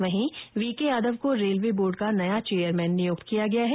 वहीं V K Yadav को railway board का नया चेयरमैन नियुक्त किया गया हैं